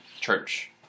church